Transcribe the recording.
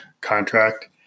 contract